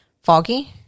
foggy